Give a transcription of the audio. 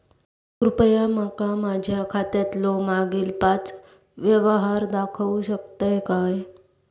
कृपया माका माझ्या खात्यातलो मागील पाच यव्हहार दाखवु शकतय काय?